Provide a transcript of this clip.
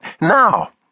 Now